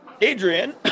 Adrian